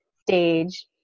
stage